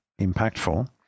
impactful